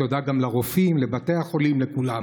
תודה גם לרופאים, לבתי החולים, לכולם.